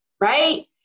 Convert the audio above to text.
right